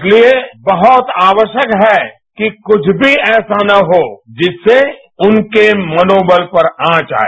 इसलिए बहुत आवश्यक है कि कछ मी ऐसा न हो जिससे उनके मनोबल पर आंच आए